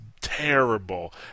terrible